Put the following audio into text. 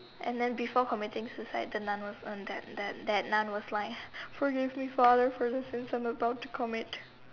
and then before committing suicide the Nun was uh that that that Nun was like forgive me father for the sins I am about to commit